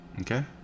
Okay